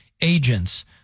agents